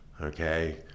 okay